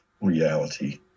reality